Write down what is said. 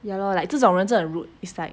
ya lor like 这种人真的 rude is like